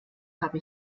habe